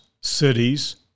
Cities